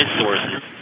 sources